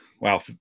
Wow